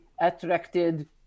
attracted